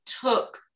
took